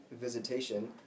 visitation